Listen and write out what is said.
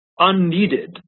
unneeded